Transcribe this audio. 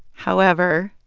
however,